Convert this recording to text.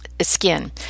skin